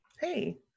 Hey